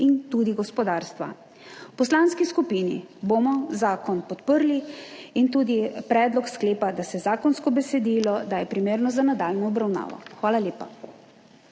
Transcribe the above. in tudi gospodarstva. V poslanski skupini bomo zakon podprli in tudi predlog sklepa, da je zakonsko besedilo primerno za nadaljnjo obravnavo. Hvala lepa.